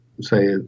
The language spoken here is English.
say